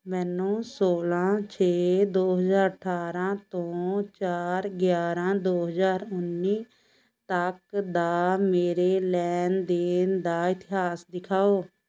ਮੈਨੂੰ ਸੌਲ੍ਹਾਂ ਛੇ ਦੋ ਹਜ਼ਾਰ ਅਠਾਰ੍ਹਾਂ ਤੋਂ ਚਾਰ ਗਿਆਰ੍ਹਾਂ ਦੋ ਹਜ਼ਾਰ ਉੱਨੀ ਤੱਕ ਦਾ ਮੇਰੇ ਲੈਣ ਦੇਣ ਦਾ ਇਤਿਹਾਸ ਦਿਖਾਓ